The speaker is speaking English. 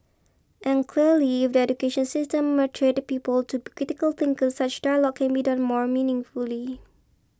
and clearly if the education system nurtured people to be critical thinkers such dialogue can be done more meaningfully